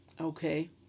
Okay